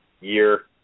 year